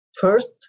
First